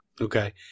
Okay